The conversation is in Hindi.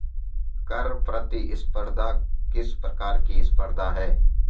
कर प्रतिस्पर्धा किस प्रकार की स्पर्धा है?